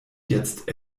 jetzt